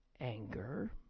anger